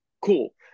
cool